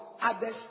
others